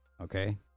Okay